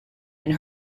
and